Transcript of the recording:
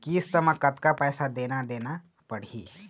किस्त म कतका पैसा देना देना पड़ही?